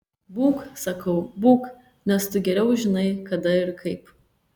būk sakau būk nes tu geriau žinai kada ir kaip